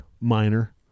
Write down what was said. minor